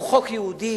הוא חוק יהודי,